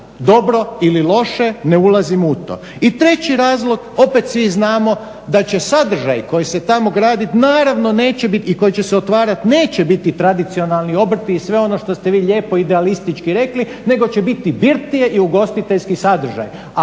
dobro ili loše ne ulazimo u to, i treći razlog opet svi znamo da će sadržaj koji se tamo gradi naravno neće biti i koji će se otvarati neće biti tradicionalni obrti i sve ono što ste vi lijepo idealistički rekli nego će biti birtije i ugostiteljski sadržaj